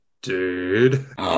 Dude